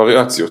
וריאציות